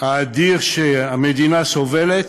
שהמדינה סובלת,